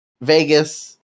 Vegas